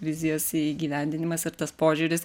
vizijos įgyvendinimas ir tas požiūris